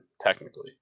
technically